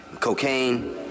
cocaine